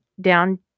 down